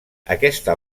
aquesta